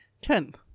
Tenth